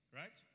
right